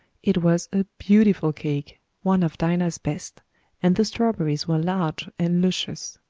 it was a beautiful cake one of dinah's best and the strawberries were large and luscious.